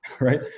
Right